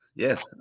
Yes